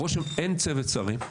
אין צוות שרים,